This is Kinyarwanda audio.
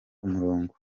umurongo